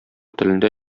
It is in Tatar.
телендә